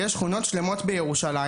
יש שכונות שלמות בירושלים,